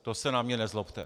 To se na mě nezlobte.